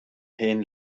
hen